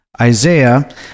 Isaiah